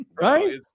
Right